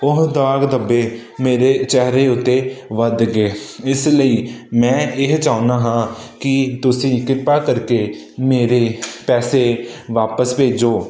ਉਹ ਦਾਗ ਧੱਬੇ ਮੇਰੇ ਚਿਹਰੇ ਉੱਤੇ ਵੱਧ ਗਏ ਇਸ ਲਈ ਮੈਂ ਇਹ ਚਾਹੁੰਦਾ ਹਾਂ ਕਿ ਤੁਸੀਂ ਕਿਰਪਾ ਕਰਕੇ ਮੇਰੇ ਪੈਸੇ ਵਾਪਿਸ ਭੇਜੋ